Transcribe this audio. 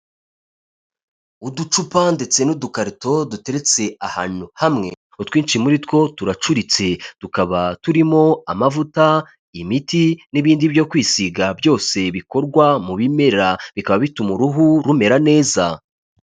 Uducupa ndetse n'udukarito duteretse ahantu hamwe, utwinshi muri two turacuritse, tukaba turimo amavuta, imiti n'ibindi byo kwisiga byose bikorwa mu bimera, bikaba bituma uruhu rumera neza.